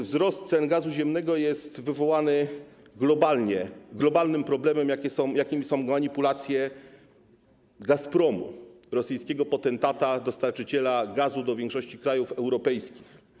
Wzrost cen gazu ziemnego jest wywołany globalnym problemem, jakim są manipulacje Gazpromu - rosyjskiego potentata, dostarczyciela gazu do większości krajów europejskich.